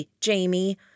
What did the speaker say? Jamie